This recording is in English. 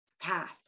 path